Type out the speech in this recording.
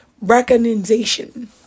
recognition